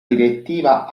direttiva